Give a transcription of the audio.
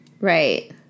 Right